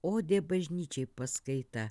odė bažnyčiai paskaita